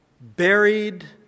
buried